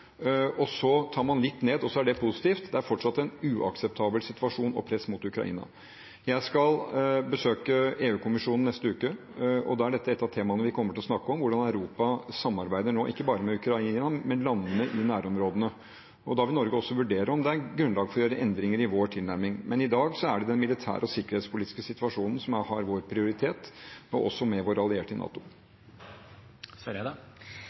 så tar man litt ned, og så er det positivt. Det er fortsatt en uakseptabel situasjon og et uakseptabelt press mot Ukraina. Jeg skal besøke EU-kommisjonen neste uke, og da er dette et av temaene vi kommer til å snakke om; hvordan Europa samarbeider nå, ikke bare med Ukraina, men med landene i nærområdene. Da vil Norge også vurdere om det er grunnlag for å gjøre endringer i vår tilnærming, men i dag er det den militære og sikkerhetspolitiske situasjonen som har vår prioritet, og også med våre allierte i NATO. Ine Eriksen Søreide